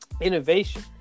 innovation